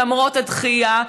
למרות הדחייה,